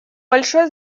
большое